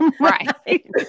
right